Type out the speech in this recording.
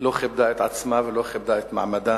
הכנסת לא כיבדה את עצמה ולא כיבדה את מעמדה.